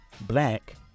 black